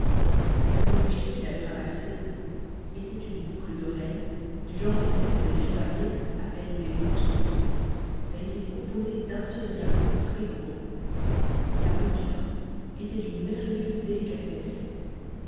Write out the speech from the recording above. l'objet qu'il avait ramassé était une boucle d'oreille du genre de celles que les joailliers appellent des boutons elle était composée d'un seul diamant très-gros la monture était d'une merveilleuse délicatesse